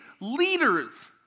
leaders